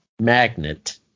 magnet